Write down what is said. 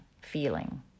feeling